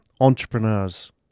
entrepreneurs